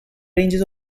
ranges